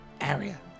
area